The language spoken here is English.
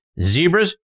Zebras